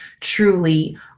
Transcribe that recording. truly